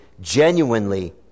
genuinely